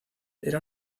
era